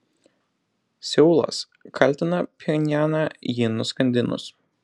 seulas kaltina pchenjaną jį nuskandinus